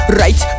right